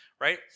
Right